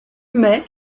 mai